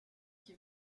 qui